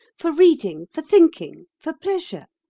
for reading, for thinking, for pleasure.